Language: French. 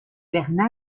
bernin